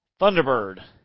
Thunderbird